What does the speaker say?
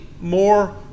more